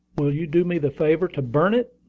will you do me the favor to burn it?